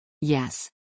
Yes